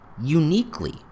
uniquely